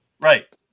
Right